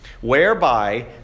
whereby